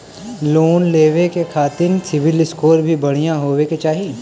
Loan लेवे के खातिन सिविल स्कोर भी बढ़िया होवें के चाही?